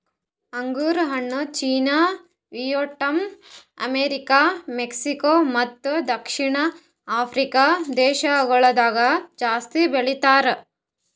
ಅಂಗುರ್ ಹಣ್ಣು China, Vietnam, America, Mexico ಮತ್ತ ದಕ್ಷಿಣ ಆಫ್ರಿಕಾ ದೇಶಗೊಳ್ದಾಗ್ ಜಾಸ್ತಿ ಬೆಳಿತಾರ್